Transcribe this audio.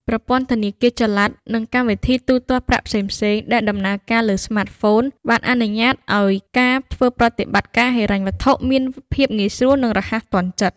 ប្រព័ន្ធធនាគារចល័ត និងកម្មវិធីទូទាត់ប្រាក់ផ្សេងៗដែលដំណើរការលើ ស្មាតហ្វូន បានអនុញ្ញាតឲ្យការធ្វើប្រតិបត្តិការហិរញ្ញវត្ថុមានភាព ងាយស្រួល និងរហ័សទាន់ចិត្ត ។